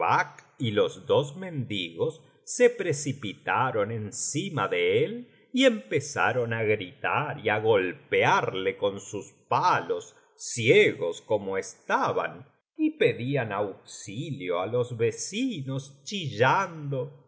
y los dos mendigos se precipitaron encima de él y empezaron á gritar y á golpearle con sus palos ciegos como estaban y peüían auxilio á los vecinos chillando oh